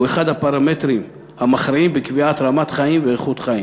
אחד הפרמטרים המכריעים בקביעת רמת חיים ואיכות חיים.